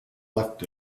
left